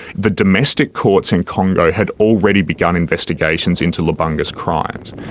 the domestic courts in congo had already begun investigations into lubanga's crimes.